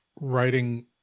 writing